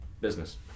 business